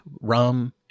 rum